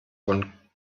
von